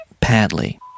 Padley